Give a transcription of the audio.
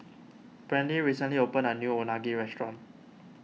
Brantley recently opened a new Unagi restaurant